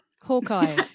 Hawkeye